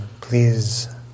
please